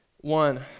One